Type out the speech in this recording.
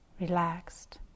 relaxed